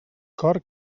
cor